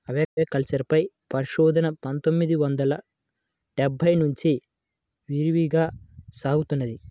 aquaculture పై పరిశోధన పందొమ్మిది వందల డెబ్బై నుంచి విరివిగా సాగుతున్నది